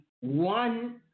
one